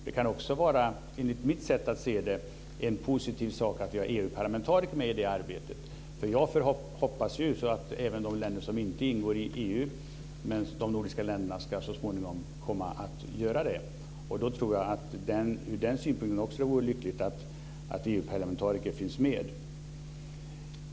Det kan enligt mitt sätt att se det vara positivt att vi har EU-parlamentariker med i det här arbetet. Jag hoppas att även de nordiska länder som inte ingår i EU så småningom ska komma att göra det. Jag tror att det också ur den synpunkten vore lyckligt att EU-parlamentariker finns med.